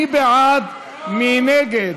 מי בעד ומי נגד?